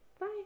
Bye